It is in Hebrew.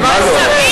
על מה אתה מדבר?